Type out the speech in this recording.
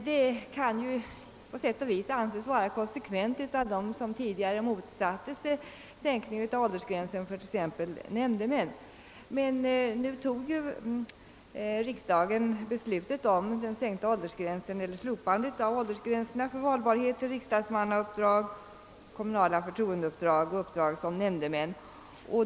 Det kan på sätt och vis vara konsekvent av dem som tidigare motsatte sig en sänkning av åldersgränsen för exempelvis nämndemän, men nu tog riksdagen beslutet om slopandet av åldersgränserna för valbarhet till riksdagsmannauppdrag, kommunala förtroendeuppdrag och uppdrag som nämndemän.